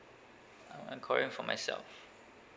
uh enquiring for myself